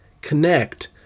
connect